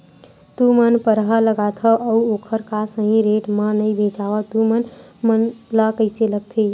तू मन परहा लगाथव अउ ओखर हा सही रेट मा नई बेचवाए तू मन ला कइसे लगथे?